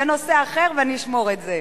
זה נושא אחר, ואני אשמור את זה.